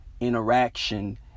interaction